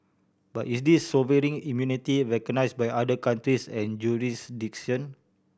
but is this sovereign immunity recognised by other countries and jurisdictions